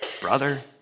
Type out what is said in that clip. brother